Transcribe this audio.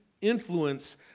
influence